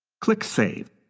click save.